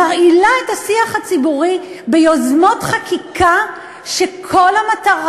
מרעילה את השיח הציבורי ביוזמות חקיקה שכל המטרה